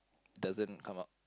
doesn't come out